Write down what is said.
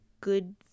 good